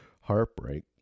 heartbreak